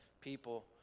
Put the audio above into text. people